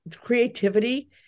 creativity